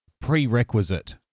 prerequisite